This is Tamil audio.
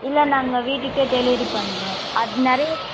இல்லை நாங்கள் வீட்டுக்கே டெலிவரி பண்ணுறோம் அது நிறைய